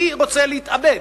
מי רוצה להתאבד?